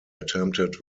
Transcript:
attempted